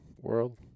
world